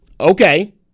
Okay